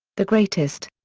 the greatest.